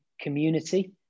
community